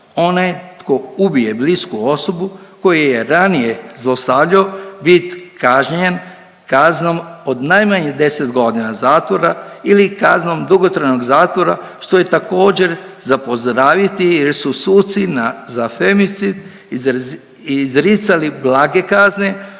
one tko ubije blisku osobu, koju je ranije zlostavljao biti kažnjen kaznom od najmanje 10 godina zatvora ili kaznom dugotrajnog zatvora, što je također, za pozdraviti jer su suci na, za femicid izricali blage kazne